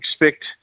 expect